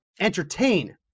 entertain